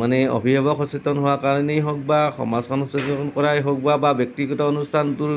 মানে অভিভাৱক সচেতন হোৱাৰ কাৰণেই হওক বা সমাজখন সচেতন কৰাই হওক বা ব্যক্তিগত অনুষ্ঠানটোৰ